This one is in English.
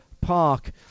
Park